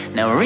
Now